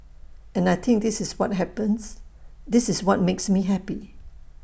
and I think this is what happens this is what makes me happy